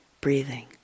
breathing